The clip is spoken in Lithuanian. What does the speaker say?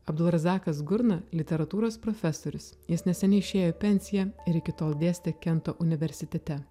abdulrazakas gurna literatūros profesorius jis neseniai išėjo į pensiją ir iki tol dėstė kento universitete